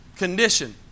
Condition